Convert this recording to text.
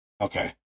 Okay